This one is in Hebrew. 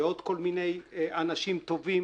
ועוד כל מיני אנשים טובים